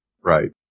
Right